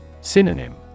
Synonym